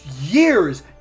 years